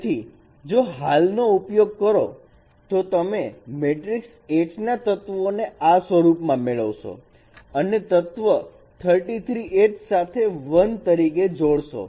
તેથી જો હાલ નો ઉપયોગ કરો તો તમે મેટ્રિક્સ H ના તત્વોને આ સ્વરૂપમાં મેળવશો અને તત્વ 33 h સાથે 1 તરીકે જોડશો